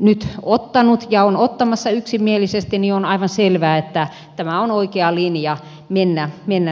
nyt ottanut ja on ottamassa yksimielisesti niin on aivan selvää että tämä on oikea linja mennä nyt eteenpäin